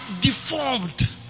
deformed